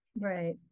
Right